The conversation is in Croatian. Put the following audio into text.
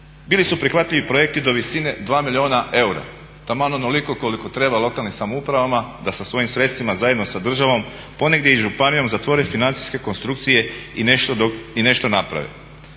Bili su prihvatljivi projekti do visine 2 milijuna eura, taman onoliko koliko treba lokalnim samoupravama da sa svojim sredstvima zajedno sa državom ponegdje i županijom zatvore financijske konstrukcije i nešto naprave.